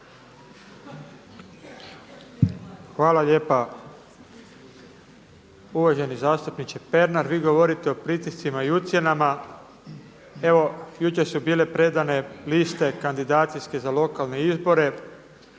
Hvala lijepa. Uvaženi zastupniče Pernar, vi govorite o pritiscima i ucjenama. Evo jučer su bile predane liste kandidacijske za lokalne izbore,